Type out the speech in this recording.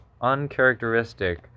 uncharacteristic